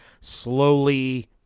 slowly